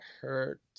hurt